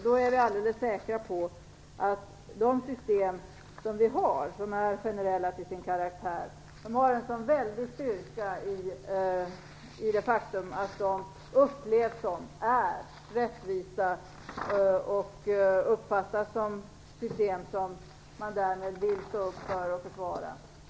Vi är då alldeles säkra på att de system som finns, som är generella till sin karaktär, har en väldig styrka i det faktum att de upplevs som rättvisa och uppfattas så att man därmed vill stå upp för och försvara dem.